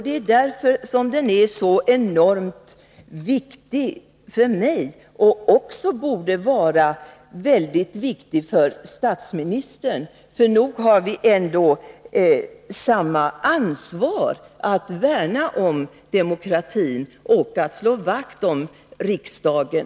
Det är därför som denna fråga är så enormt viktig för mig, och den borde vara väldigt viktig också för statsministern. För nog har vi ändå samma ansvar att värna om demokratin och att slå vakt om riksdagen!